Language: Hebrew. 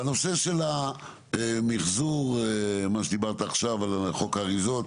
בנושא של מחזור מה שדיברת עכשיו על חוק האריזות,